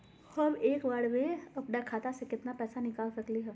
हम एक बार में अपना खाता से केतना पैसा निकाल सकली ह?